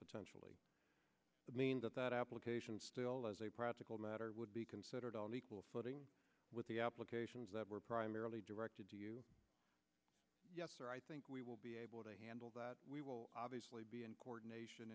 potentially mean that that application as a practical matter would be considered on equal footing with the applications that were primarily directed to you or i think we will be able to handle that we will obviously be in coordination